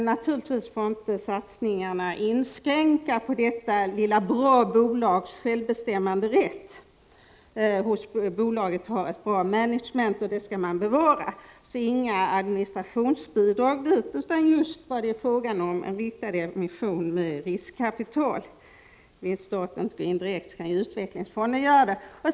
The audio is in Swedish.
Satsningarna får naturligtvis inte inskränka detta lilla bolags självbestämmanderätt — bolaget har bra ”management”, och det skall bevaras. Inga administrationsbidrag bör ges, utan just en riktad emission med riskkapital. Om staten inte vill gå in direkt kan utvecklingsfonden göra det. Staten kan Prot.